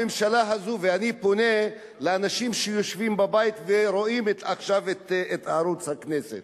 ואני פונה לאנשים שיושבים בבית ורואים עכשיו את ערוץ הכנסת,